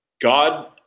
God